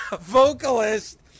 vocalist